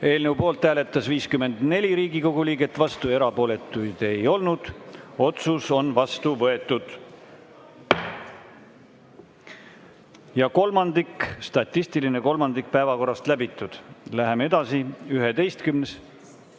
Eelnõu poolt hääletas 54 Riigikogu liiget, vastuolijaid ja erapooletuid ei olnud. Otsus on vastu võetud. Ja kolmandik, statistiline kolmandik päevakorrast on läbitud. Läheme edasi, 11.